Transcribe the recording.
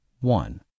One